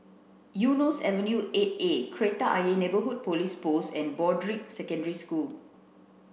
Eunos Avenue eight A Kreta Ayer Neighbourhood Police Post and Broadrick Secondary School